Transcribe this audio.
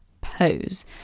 pose